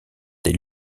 des